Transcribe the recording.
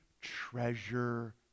treasure